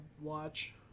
watch